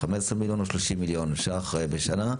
15 מיליון או 30 מיליון ש"ח בשנה?